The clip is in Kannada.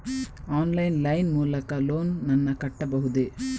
ಆನ್ಲೈನ್ ಲೈನ್ ಮೂಲಕ ಲೋನ್ ನನ್ನ ಕಟ್ಟಬಹುದೇ?